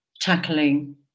tackling